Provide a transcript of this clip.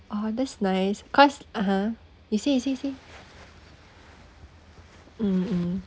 oh that's nice cause (uh huh) you say you say you say mm mm